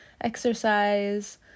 exercise